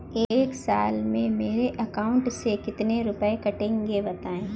एक साल में मेरे अकाउंट से कितने रुपये कटेंगे बताएँ?